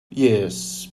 yes